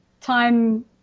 time